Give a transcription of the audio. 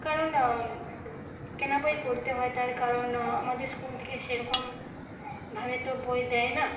কারণ কেন বই পড়তে হয় তার কারণ আমাদের স্কুল থেকে সেরকমভাবে তো বই দেয় না